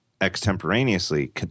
extemporaneously